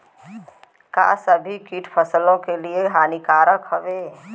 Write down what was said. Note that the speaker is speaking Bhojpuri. का सभी कीट फसलों के लिए हानिकारक हवें?